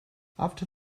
after